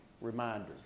reminders